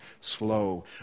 slow